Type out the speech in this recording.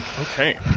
Okay